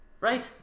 Right